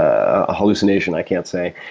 ah hallucination, i can't say.